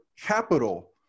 capital